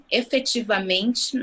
efetivamente